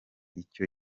icyo